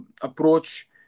approach